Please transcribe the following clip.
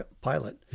pilot